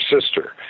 sister